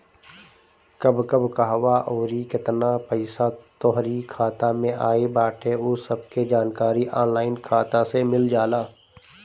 कब कब कहवा अउरी केतना पईसा तोहरी खाता में आई बाटे उ सब के जानकारी ऑनलाइन खाता से मिल जाला